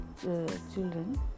children